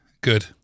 good